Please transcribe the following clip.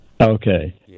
Okay